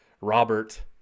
Robert